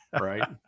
right